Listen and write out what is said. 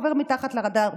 עובר מתחת לרדאר.